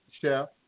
Chef